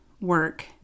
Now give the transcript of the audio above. work